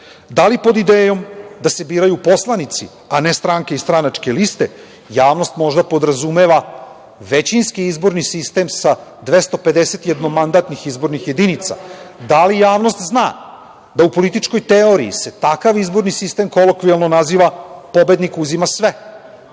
li pod idejom da se biraju poslanici a ne stranke i stranačke liste javnost možda podrazumeva većinski izborni sistem sa 250-jednomandatnih izbornih jedinica? Da li javnost zna da se u političkoj teoriji takav izborni sistem kolokvijalno naziva - pobednik uzima sve,